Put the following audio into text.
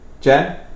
Jen